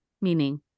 meaning